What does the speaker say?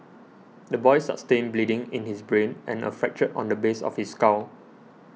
the boy sustained bleeding in his brain and a fracture on the base of his skull